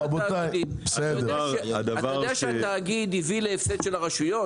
אתה יודע שהתאגיד הביא להפסד של הרשויות?